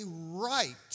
right